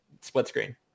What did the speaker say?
split-screen